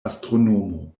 astronomo